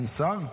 אין שר?